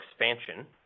expansion